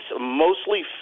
mostly